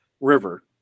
river